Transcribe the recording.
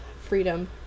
freedom